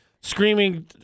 screaming